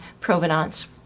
provenance